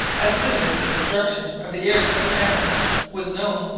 as soon as the destruction of the iroquois towns was known,